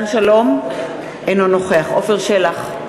אינו נוכח עפר שלח,